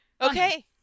Okay